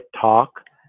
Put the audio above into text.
talk